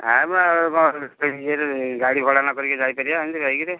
ଆଉ କ'ଣ ଇଏରେ ଗାଡ଼ି ଭଡ଼ା ନ କରିକି ଯାଇପାରିବା ଏମିତି ବାଇକ୍ରେ